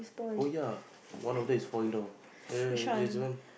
oh ya one of that is falling down ya ya ya that's the one